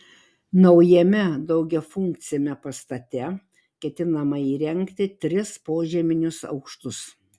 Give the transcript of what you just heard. naujame daugiafunkciame pastate ketinama įrengti tris požeminius aukštus